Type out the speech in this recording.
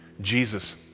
Jesus